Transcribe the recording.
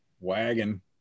Wagon